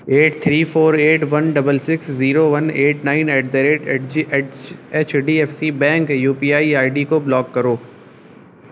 at three four eight one double six zero one eight nine eight دا ریٹ H H D F C bank U P I I D کو block کرو